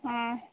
ହଁ